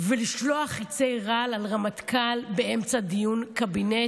ולשלוח חיצי רעל על הרמטכ"ל באמצע דיון קבינט,